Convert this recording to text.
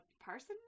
person